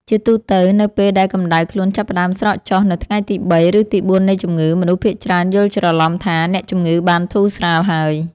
ជាទូទៅ នៅពេលដែលកម្តៅខ្លួនចាប់ផ្តើមស្រកចុះនៅថ្ងៃទីបី ឬទីបួននៃជំងឺ មនុស្សភាគច្រើនយល់ច្រឡំថាអ្នកជំងឺបានធូរស្រាលហើយ។